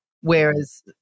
Whereas